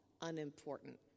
unimportant